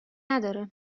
نداره